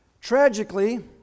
Tragically